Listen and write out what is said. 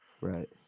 Right